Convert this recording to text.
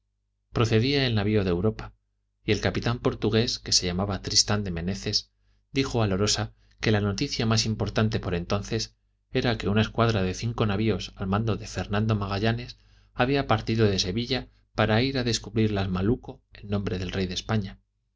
procedía el navio de europa y el capitán portugués que se llamaba tristán de menezes dijo a lorosa que la noticia más importante por entonces era que una escuadra de cinco navios al mando de fernando magallanes había partido de sevilla para ir a descubrir las malucco en nombre del rey de españa